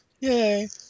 Yay